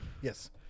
Yes